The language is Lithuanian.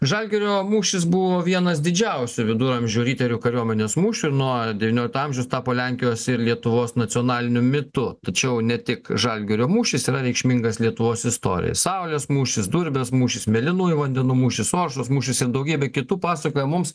žalgirio mūšis buvo vienas didžiausių viduramžių riterių kariuomenės mūšių nuo devyniolikto amžiaus tapo lenkijos ir lietuvos nacionaliniu mitu tačiau ne tik žalgirio mūšis yra reikšmingas lietuvos istorijai saulės mūšis durbės mūšis mėlynųjų vandenų mūšis oršos mūšis ir daugybė kitų pasakoja mums